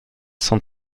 cent